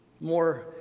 More